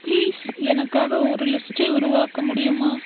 please எனக்காக ஒரு லிஸ்ட்டை உருவாக்க முடியுமா